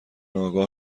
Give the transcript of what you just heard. آگاه